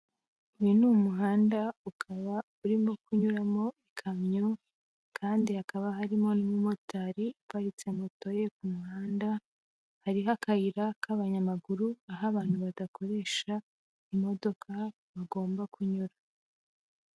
Uyu ni umuhanda, ukaba urimo kunyuramo ikamyo, kandi hakaba harimo n'umumotari uparitse moto ye ku muhanda, hariho akayira k'abanyamaguru, aho abantu badakoresha imodoka bagomba kunyura.